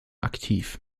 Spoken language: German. aktiv